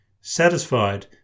Satisfied